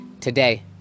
Today